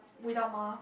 without mah